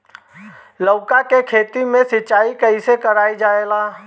लउका के खेत मे सिचाई कईसे कइल जाला?